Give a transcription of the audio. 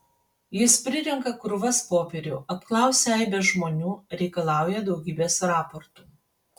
jis prirenka krūvas popierių apklausia aibes žmonių reikalauja daugybės raportų